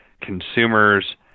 Consumers